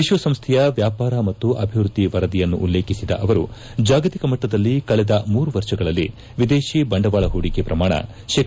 ವಿಶ್ವಸಂಸ್ಟೆಯ ವ್ಯಾಪಾರ ಮತ್ತು ಅಭಿವೃದ್ದಿ ವರದಿಯನ್ನು ಉಲ್ಲೇಖಿಸಿದ ಅವರು ಜಾಗತಿಕ ಮಟ್ಟದಲ್ಲಿ ಕಳೆದ ಮೂರು ವರ್ಷಗಳಲ್ಲಿ ವಿದೇಶಿ ಬಂಡವಾಳ ಹೂಡಿಕೆ ಶ್ರಮಾಣ ಶೇ